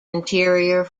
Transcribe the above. interior